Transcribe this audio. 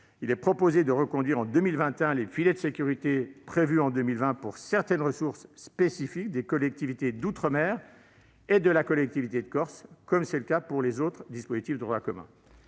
il est proposé de reconduire en 2021 les « filets de sécurité » qui étaient prévus en 2020 pour certaines ressources spécifiques des collectivités d'outre-mer et de la collectivité de Corse, comme c'est le cas pour les autres dispositifs de droit commun.